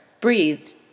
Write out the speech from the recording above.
Breathed